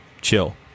chill